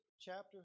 chapter